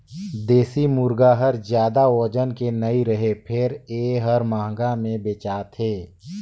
देसी मुरगा हर जादा ओजन के नइ रहें फेर ए हर महंगा में बेचाथे